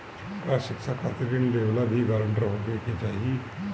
का शिक्षा खातिर ऋण लेवेला भी ग्रानटर होखे के चाही?